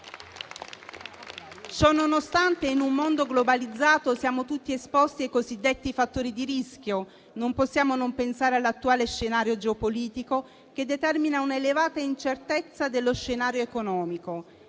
Ciononostante, in un mondo globalizzato siamo tutti esposti ai cosiddetti fattori di rischio e non possiamo non pensare all'attuale scenario geopolitico, che determina un'elevata incertezza dello scenario economico.